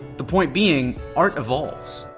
the point being, art evolves.